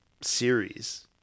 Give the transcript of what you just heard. series